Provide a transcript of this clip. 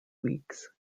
weeks